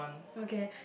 okay